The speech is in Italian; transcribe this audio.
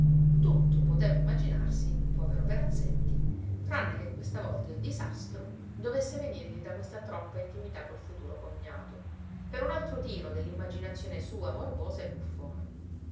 tutto poteva immaginarsi povero perazzetti tranne che questa volta il disastro dovesse venirgli da questa troppa intimità col futuro cognato per un altro tiro dell'immaginazione sua morbosa e buffona